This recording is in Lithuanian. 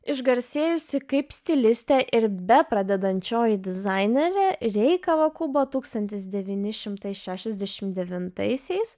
išgarsėjusi kaip stilistė ir be pradedančioji dizainerė rei kavakubo tūkstantis devyni šimtai šešiasdešimt devintaisiais